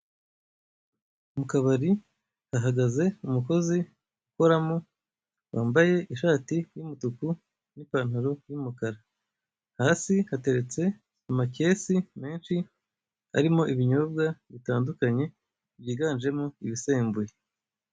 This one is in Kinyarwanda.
Mu kabari hahagaze umukozi ukoramo, wambaye ishati y'umutuku n'ipantaro y'umukara. Hasi hateretse amakesi menshi arimo ibinyobwa bitandukanye byiganjemo ibisembuye.